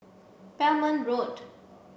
Belmont Road